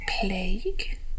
plague